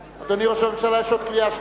אדוני ראש הממשלה, יש עוד קריאה שלישית.